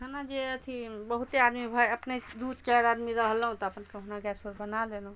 खाना जे अथी बहुते आदमी भऽ गेल अपने दू चारि आदमी रहलहुॅं तऽ अपन कहूना गैस पर बनाए लेलहुॅं